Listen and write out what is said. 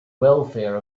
welfare